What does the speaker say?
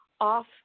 off